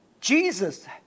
Jesus